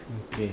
okay